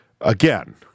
Again